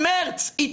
ה-11 במרץ 2021,